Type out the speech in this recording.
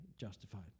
justified